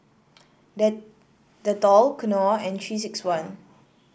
Dettol Knorr and Three six one